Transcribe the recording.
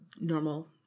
normal